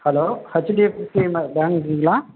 hello HDFC ம பேங்குங்களா